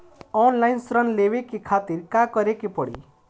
Online ऋण लेवे के खातिर का करे के पड़ी?